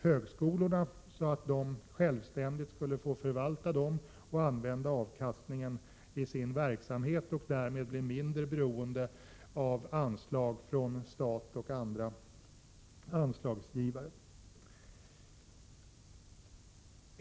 Högskolorna skulle kunna självständigt förvalta dem och använda avkastningen i sin verksamhet och därmed bli mindre beroende av anslag från staten och andra anslagsgivare.